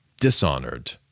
dishonored